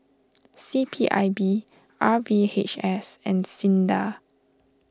C P I B R V H S and Sinda